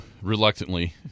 reluctantly